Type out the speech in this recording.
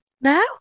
No